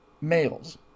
males